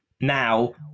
Now